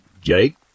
Jake